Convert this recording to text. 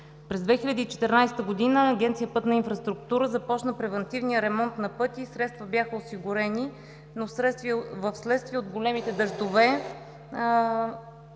През 2014 г. Агенция „Пътна инфраструктура“ започна превантивния ремонт на пътя и средства бяха осигурени, но вследствие от големите дъждове